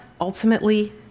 ultimately